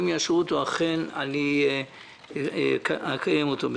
אם יאשרו אותו, בעזרת השם נקיים אותו.